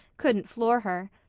couldn't floor her.